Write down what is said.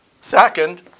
Second